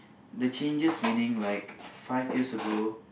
the changes meaning like five years ago